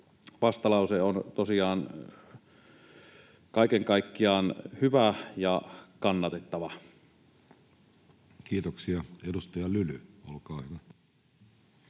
vastalause on tosiaan kaiken kaikkiaan hyvä ja kannatettava. Kiitoksia. — Edustaja Lyly, olkaa hyvä.